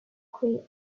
grey